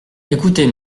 écoutez